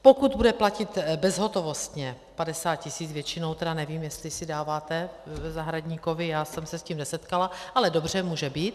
Pokud bude platit bezhotovostně, 50 tisíc většinou, nevím, jestli si dáváte, zahradníkovi, já jsem se s tím nesetkala, ale dobře, může být.